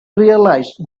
realized